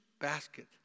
basket